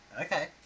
okay